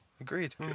Agreed